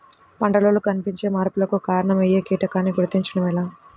పంటలలో కనిపించే మార్పులకు కారణమయ్యే కీటకాన్ని గుర్తుంచటం ఎలా?